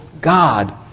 God